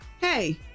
hey